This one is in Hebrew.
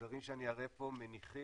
הדברים שאני אראה פה מניחים